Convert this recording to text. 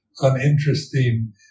uninteresting